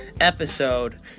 episode